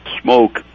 smoke